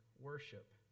worship